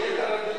ליתר דיוק: